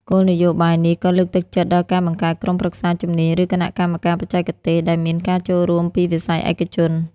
គោលនយោបាយនេះក៏លើកទឹកចិត្តដល់ការបង្កើតក្រុមប្រឹក្សាជំនាញ ឬគណៈកម្មការបច្ចេកទេស ដែលមានការចូលរួមពីវិស័យឯកជន។